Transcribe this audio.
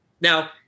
Now